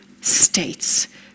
states